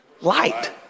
Light